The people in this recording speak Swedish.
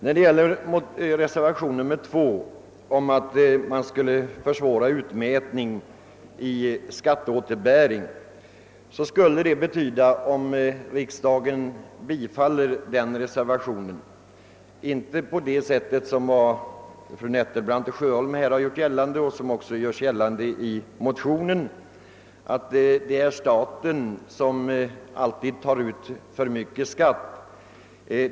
När det gäller reservation 2 beträffande försvårandet av utmätning i skatteåterbäring kan man inte hävda — som fru Nettelbrandt och herr Sjöholm här gjort och som också anförts motionsvägen — att det är staten som tar ut för mycket skatt.